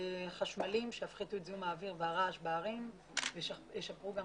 חשמליים שיפחיתו את זיהום האוויר והרעש בערים וישפרו את